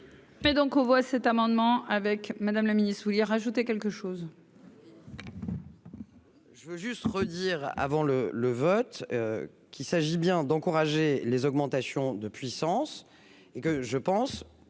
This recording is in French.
on voit cet amendement avec Madame le Ministre, vous vouliez rajouter quelque chose.